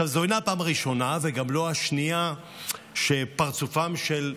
זו אינה הפעם הראשונה וגם לא השנייה שפרצופם של,